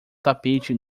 tapete